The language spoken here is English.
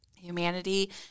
Humanity